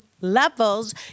levels